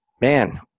man